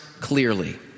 clearly